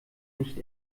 nicht